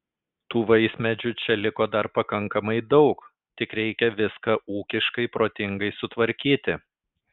tų vaismedžių čia liko dar pakankamai daug tik reikia viską ūkiškai protingai sutvarkyti